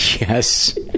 yes